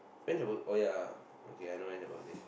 when's your oh ya okay I know when's your birthday